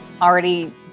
already